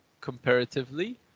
comparatively